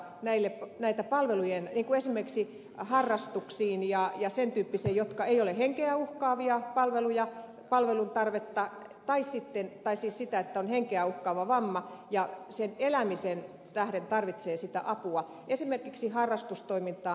meille näitä palveluja ei koe saameksi harrastuksiin ja ojasen tyypissä joka ei ole henkeä uhkaavia palveluja palvelutarvetta tai sitten pääsisi esimerkiksi henkeä uhkaavan vamman ja sen elämisen tähden tarvitsi aiheuttaman tarpeen lisäksi harrastustoimintaan